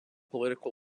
political